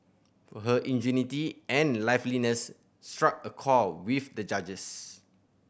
for her ingenuity and liveliness struck a chord with the judges